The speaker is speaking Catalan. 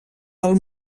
del